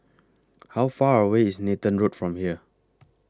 How Far away IS Nathan Road from here